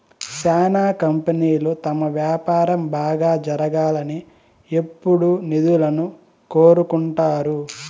శ్యానా కంపెనీలు తమ వ్యాపారం బాగా జరగాలని ఎప్పుడూ నిధులను కోరుకుంటారు